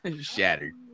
shattered